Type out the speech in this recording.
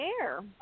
air